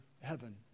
heaven